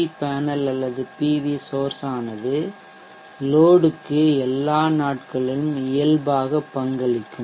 we panel அல்லது PV சோர்சானது மூலமானது லோட்க்கு எல்லா நாட்களிலும் இயல்பாக பங்களிக்கும்